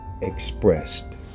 expressed